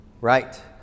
right